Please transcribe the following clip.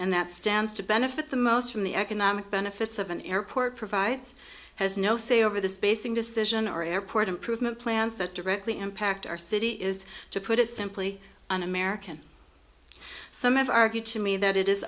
and that stands to benefit the most from the economic benefits of an airport provides has no say over this basing decision or airport improvement plans that directly impact our city is to put it simply un american some have argued to me that it is